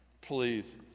please